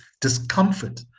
discomfort